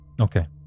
Okay